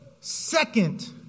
second